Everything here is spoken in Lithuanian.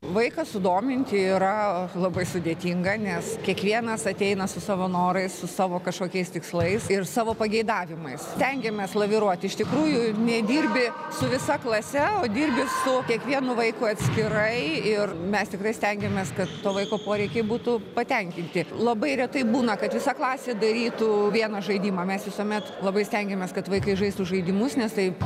vaiką sudominti yra labai sudėtinga nes kiekvienas ateina su savo norais su savo kažkokiais tikslais ir savo pageidavimais stengiamės laviruoti iš tikrųjų nedirbi su visa klase o dirbi su kiekvienu vaiku atskirai ir mes tikrai stengiamės kad to vaiko poreikiai būtų patenkinti labai retai būna kad visa klasė darytų vieną žaidimą mes visuomet labai stengiamės kad vaikai žaistų žaidimus nes tai